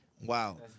wow